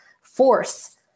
force